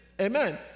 amen